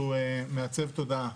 כי הוא מעצב תודעה.